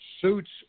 suits